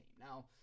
now